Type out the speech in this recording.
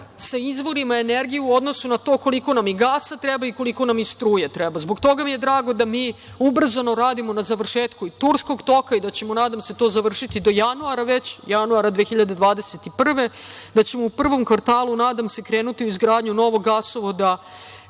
sa izvorima energije u odnosu na to koliko nam i gasa treba, koliko nam i struje treba. Zbog toga mi je drago da mi ubrzano radimo na završetku i Turskog toka i da ćemo, nadam se, to završiti do januara već, januara 2021. godine, da ćemo u prvom kvartalu, nadam se krenuti u izgradnju novog gasovoda